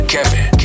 Kevin